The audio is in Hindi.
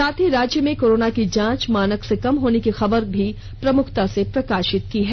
साथ ही राज्य में कोरोना की जांच मानक से कम होने की खबर भी प्रमुखता से प्रकाशित किया है